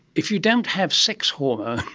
if you don't have sex hormones,